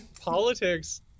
politics